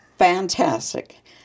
Fantastic